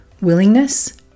willingness